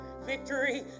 victory